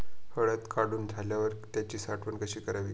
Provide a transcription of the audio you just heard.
हळद काढून झाल्यावर त्याची साठवण कशी करावी?